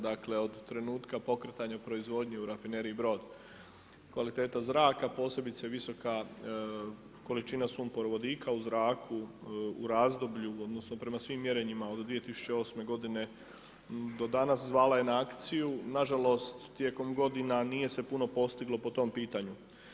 Dakle od trenutka pokretanja u proizvodnji u rafineriji Brod kvaliteta zraka, posebice visoka količina sumporovodika u zraku u razdoblju odnosno prema mjerenjima od 2008. godine do danas, zvala je na akciju, nažalost tijekom godina nije se puno postiglo po tom pitanju.